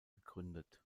gegründet